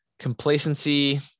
complacency